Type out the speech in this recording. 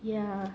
ya